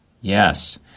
Yes